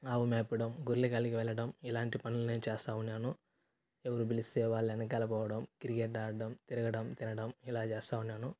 ఆవు మేపడం గొర్ల కాలికి వెళ్ళడం ఇలాంటి పనులు నేను చేస్తా ఉన్నాను ఎవరు పిలిస్తే వాళ్ళ వెనకాల పోవడం క్రికెట్ ఆడడం తిరగడం తినడం ఇలా చేస్తా ఉన్నాను